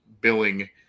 billing